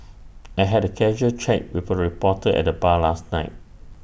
I had A casual chat with A reporter at the bar last night